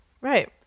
Right